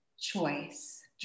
choice